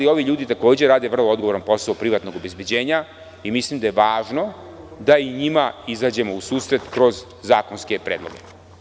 Ovi ljudi takođe rade odgovoran posao privatnog obezbeđenja i mislim da je važno da i njima izađemo u susret kroz zakonske predloge.